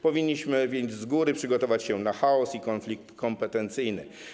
Powinniśmy więc z góry przygotować się na chaos i konflikt kompetencyjny.